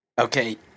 Okay